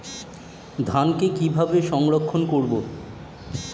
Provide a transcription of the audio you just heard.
ধানকে কিভাবে সংরক্ষণ করব?